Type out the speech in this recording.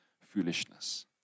foolishness